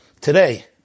today